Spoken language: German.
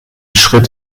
schritt